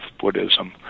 buddhism